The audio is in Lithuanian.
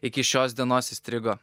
iki šios dienos įstrigo